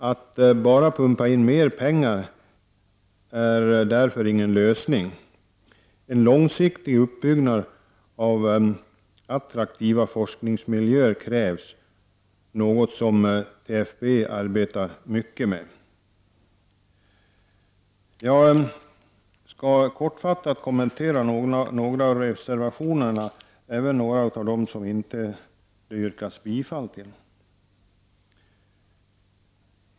Att bara pumpa in mer pengar är därför ingen lösning. En långsiktig uppbyggnad av attraktiva forskningsmiljöer krävs, något som TFB arbetar mycket med. Jag skall kortfattat kommentera några av reservationerna, även några av dem som det inte har yrkats bifall till.